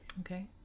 Okay